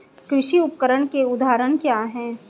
कृषि उपकरण के उदाहरण क्या हैं?